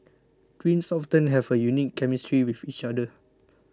twins often have a unique chemistry with each other